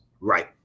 Right